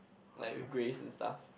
like with grace and stuff